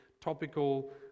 topical